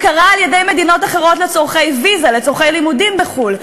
הכרה על-ידי מדינות אחרות לצורכי ויזה לצורכי לימודים בחו"ל.